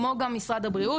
כמו גם משרד הבריאות